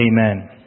Amen